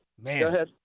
Man